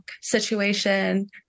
situation